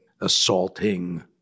assaulting